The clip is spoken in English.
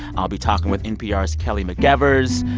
i'll be talking with npr's kelly mcevers.